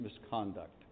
misconduct